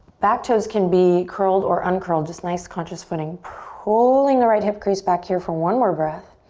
back toes can be curled or uncurled, just nice conscious footing. pulling the right hip crease back here for one more breath.